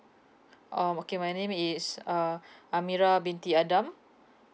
um okay my name is uh amirah binti adam